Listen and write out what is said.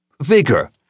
vigor